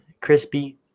crispy